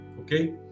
okay